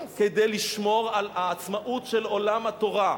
כדי לשמור על העצמאות של עולם התורה.